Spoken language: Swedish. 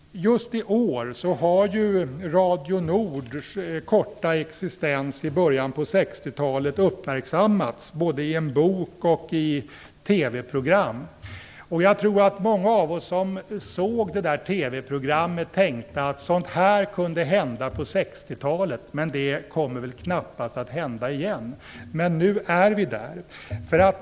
Just i år har Radio Nords korta existens i början av 1960-talet uppmärksammats både i en bok och i TV program. Jag tror att många av oss som såg detta TV program tänkte att sådant här kunde hända på 60-talet, men det kommer knappast att hända igen. Nu är vi där.